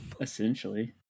Essentially